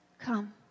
come